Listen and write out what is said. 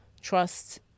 trust